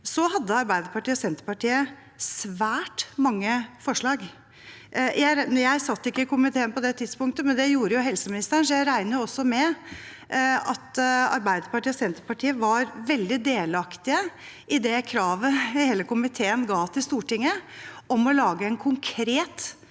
hadde Arbeiderpartiet og Senterpartiet svært mange forslag. Jeg satt ikke i komiteen på det tidspunktet, men det gjorde helseministeren, så jeg regner med at også Arbeiderpartiet og Senterpartiet var veldig delaktige i det kravet hele komiteen ga til Stortinget om å lage en konkret